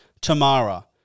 Tamara